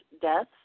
deaths